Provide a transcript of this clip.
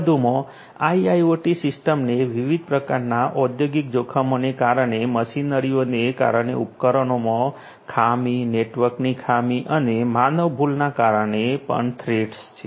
વધુમાં આઇઆઇઓટી સિસ્ટમને વિવિધ પ્રકારનાં ઔદ્યોગિક જોખમોને કારણે મશીનરીઓને કારણે ઉપકરણમાં ખામી નેટવર્કની ખામી અને માનવ ભૂલો ના કારણે પણ થ્રેટ્સ છે